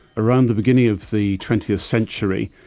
around the beginning of the twentieth century,